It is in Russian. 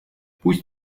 пусть